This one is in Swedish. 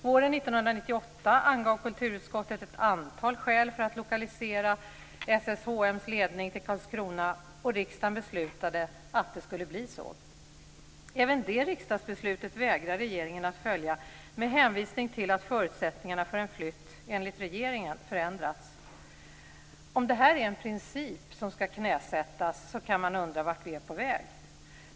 Våren 1998 angav kulturutskottet ett antal skäl för att lokalisera SSHM:s ledning till Karlskrona, och riksdagen beslutade att det skulle bli så. Även det riksdagsbeslutet vägrar regeringen att följa med hänvisning till att förutsättningarna för en flytt enligt regeringen förändrats. Om det här är en princip som ska knäsättas kan man undra vart vi är på väg.